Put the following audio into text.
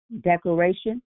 declaration